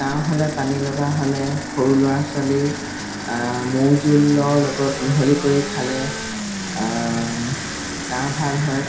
কাঁহ হ'লে পানী লগা হ'লে সৰু ল'ৰা ছোৱালীৰ মৌ জোলৰ লগত মিহলি কৰি খালে কাঁহ ভাল হয়